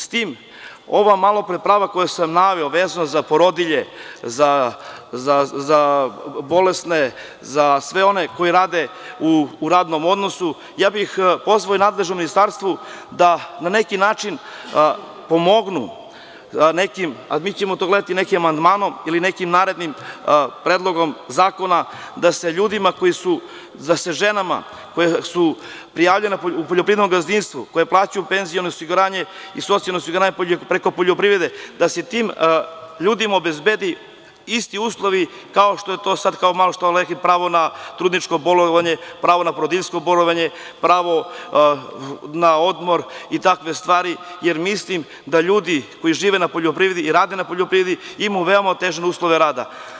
S tim, ova malopre prava koja sam naveo vezano za porodilje, za bolesne, za sve one koji rade u radnom odnosu, ja bih pozvao i nadležno ministarstvo da na neki način pomognu nekim, a mi ćemo to gledati nekim amandmanom ili nekim narednim predlogom zakona, da se ženama koje su prijavljene u poljoprivrednom gazdinstvu koji uplaćuju penziono osiguranje i socijalno osiguranje preko poljoprivrede, da se tim ljudima obezbede isti uslovi kao što je to sad, kao što smo malopre rekli, pravo na trudničko bolovanje, pravo na porodiljsko bolovanje, pravo na odmor i takve stvari, jer mislim da ljudi koji žive na poljoprivredi i rade na poljoprivredi imaju veoma otežane uslove rada.